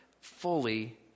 fully